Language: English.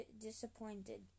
disappointed